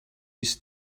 his